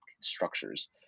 structures